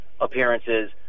appearances